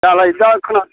दालाय जा खोनादों